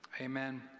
Amen